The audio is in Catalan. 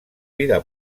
vida